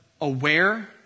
aware